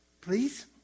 please